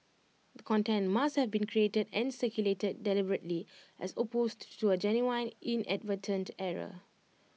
the content must have been created and circulated deliberately as opposed to A genuine inadvertent error